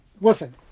Listen